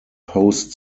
post